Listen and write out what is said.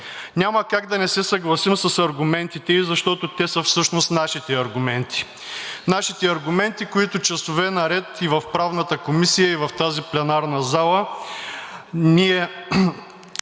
Няма как да не се съгласим с аргументите ѝ, защото те са всъщност нашите аргументи – нашите аргументи, които часове наред и в Правната комисия, и в тази пленарна зала, ние